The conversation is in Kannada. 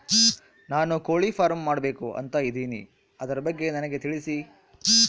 ನಾನು ಕೋಳಿ ಫಾರಂ ಮಾಡಬೇಕು ಅಂತ ಇದಿನಿ ಅದರ ಬಗ್ಗೆ ನನಗೆ ತಿಳಿಸಿ?